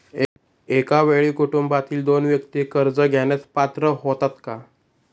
एका वेळी कुटुंबातील दोन व्यक्ती कर्ज घेण्यास पात्र होतात का?